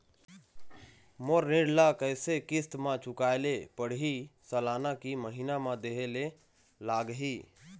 मोर ऋण ला कैसे किस्त म चुकाए ले पढ़िही, सालाना की महीना मा देहे ले लागही?